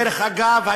דרך אגב,